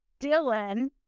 Dylan